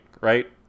right